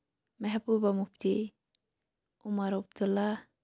Mehbooba Mufti Omar Abdullah